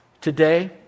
Today